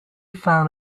found